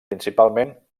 principalment